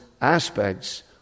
aspects